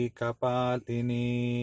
Kapalini